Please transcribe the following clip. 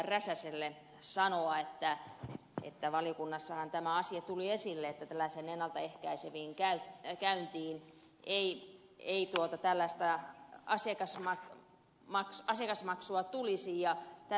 räsäselle sanoa että valiokunnassahan tämä asia tuli esille että tällaisiin ennalta ehkäiseviin käynteihin ei pelata tälläistä ja siitä saman maksaisi tällaista asiakasmaksua tulisi